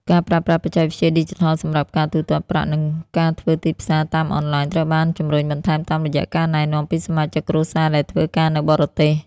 ការប្រើប្រាស់បច្ចេកវិទ្យាឌីជីថលសម្រាប់ការទូទាត់ប្រាក់ និងការធ្វើទីផ្សារតាមអនឡាញត្រូវបានជម្រុញបន្ថែមតាមរយៈការណែនាំពីសមាជិកគ្រួសារដែលធ្វើការនៅបរទេស។